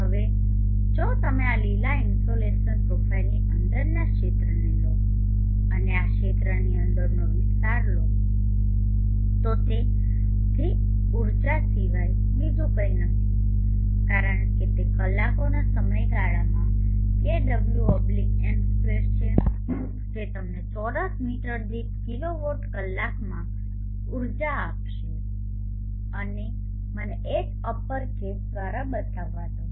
હવે જો તમે આ લીલા ઇન્સોલેશન પ્રોફાઇલની અંદરના ક્ષેત્રને લો અને આ ક્ષેત્રની અંદરનો વિસ્તાર લો તો તે theર્જા સિવાય બીજું કંઈ નથી કારણ કે તે કલાકોના સમયગાળામાં kWm2 છે જે તમને ચોરસ મીટર દીઠ કિલોવોટ કલાકમાં ઊર્જા આપશે અને મને H અપરકેસ દ્વારા બતાવવા દો